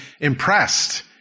impressed